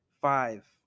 five